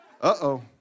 Uh-oh